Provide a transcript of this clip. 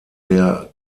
der